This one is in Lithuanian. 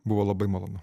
buvo labai malonu